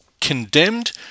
Condemned